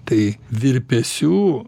tai virpesių